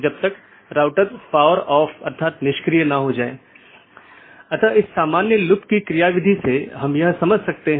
यदि आप याद करें तो हमने एक पाथ वेक्टर प्रोटोकॉल के बारे में बात की थी जिसने इन अलग अलग ऑटॉनमस सिस्टम के बीच एक रास्ता स्थापित किया था